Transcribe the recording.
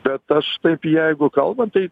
bet aš taip jeigu kalbant tai